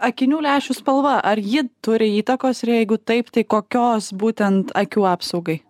akinių lęšių spalva ar ji turi įtakos ir jeigu taip tai kokios būtent akių apsaugai